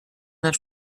that